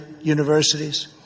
universities